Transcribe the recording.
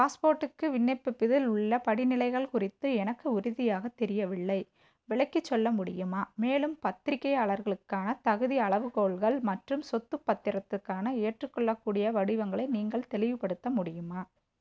பாஸ்போர்ட்டுக்கு விண்ணப்பிப்பதில் உள்ள படிநிலைகள் குறித்து எனக்கு உறுதியாக தெரியவில்லை விளக்கிச் சொல்ல முடியுமா மேலும் பத்திரிக்கையாளர்களுக்கான தகுதி அளவுகோல்கள் மற்றும் சொத்து பத்திரத்துக்கான ஏற்றுக்கொள்ளக்கூடிய வடிவங்களை நீங்கள் தெளிவுப்படுத்த முடியுமா